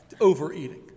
overeating